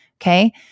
Okay